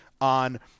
on